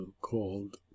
called